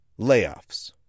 layoffs